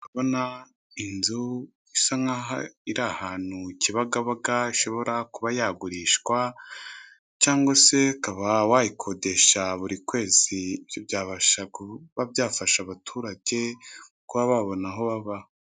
Ndabona inzu isa nkaho iri ahantu kibagabaga ishobora kuba yagurishwa cyangwa se ukaba wayikodesha buri kwezi ibyo byabasha kuba byafasha abaturage kuba babona aho baba.